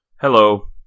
Hello